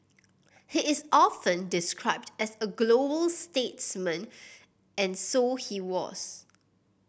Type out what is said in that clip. he is often described as a global statesman and so he was